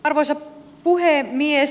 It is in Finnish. arvoisa puhemies